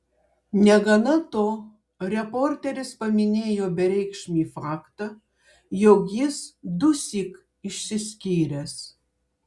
negana to reporteris paminėjo bereikšmį faktą jog jis dusyk išsiskyręs